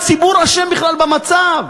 הציבור אשם בכלל במצב.